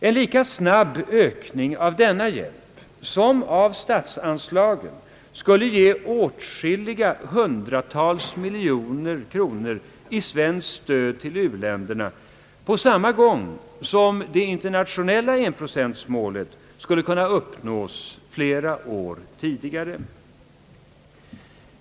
En lika snabb ökning av denna hjälp som av statsanslagen skulle ge åtskilliga hundratal miljoner kronor i svenskt stöd till u-länderna, på samma gång som det internationella enprocentmålet skulle kunna uppnås flera år tidigare.